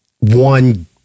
one